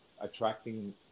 attracting